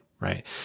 right